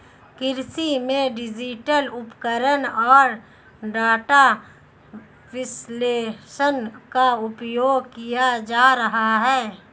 कृषि में डिजिटल उपकरण और डेटा विश्लेषण का उपयोग किया जा रहा है